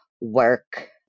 work